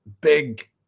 big